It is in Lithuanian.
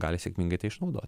gali sėkmingai tai išnaudot